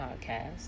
podcast